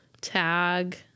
tag